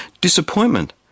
disappointment